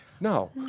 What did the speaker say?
No